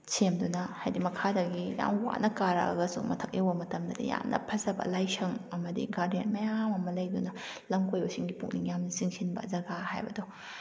ꯁꯦꯝꯗꯨꯅ ꯍꯥꯏꯗꯤ ꯃꯈꯥꯗꯒꯤ ꯌꯥꯝ ꯋꯥꯅ ꯀꯥꯔꯛꯑꯒꯁꯨ ꯃꯊꯛ ꯌꯧꯕ ꯃꯇꯝꯗꯗꯤ ꯌꯥꯝꯅ ꯐꯖꯕ ꯂꯥꯏꯁꯪ ꯑꯃꯗꯤ ꯒꯥꯔꯗꯦꯟ ꯃꯌꯥꯝ ꯑꯃ ꯂꯩꯗꯨꯅ ꯂꯝꯀꯣꯏꯕꯁꯤꯡꯒꯤ ꯄꯨꯛꯅꯤꯡ ꯌꯥꯝꯅ ꯆꯤꯡꯁꯤꯟꯕ ꯖꯒꯥ ꯍꯥꯏꯕꯗꯣ